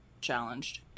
challenged